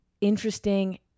interesting